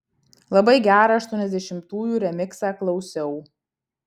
labai gerą aštuoniasdešimtųjų remiksą klausiau